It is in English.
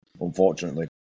unfortunately